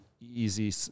easy